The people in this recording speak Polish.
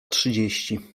trzydzieści